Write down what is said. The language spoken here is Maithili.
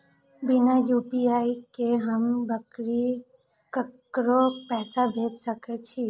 बिना यू.पी.आई के हम ककरो पैसा भेज सके छिए?